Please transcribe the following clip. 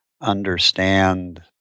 understand